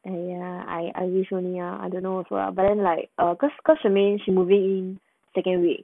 and ya I I wish only ya I dunno lah but then like a cause cause shermaine she moving in second week